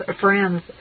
friends